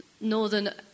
Northern